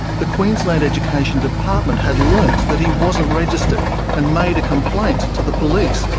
the queensland education department had learnt that he wasn't registered and made a complaint to the police,